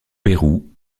pérou